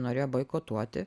norėjo boikotuoti